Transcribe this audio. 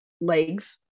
legs